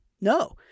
no